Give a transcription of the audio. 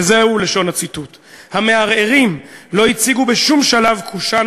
וזה לשון הציטוט: "המערערים לא הציגו בשום שלב קושאן